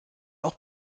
auch